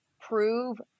prove